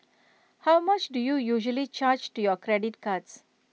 how much do you usually charge to your credit cards